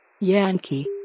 yankee